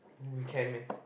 uh we can meh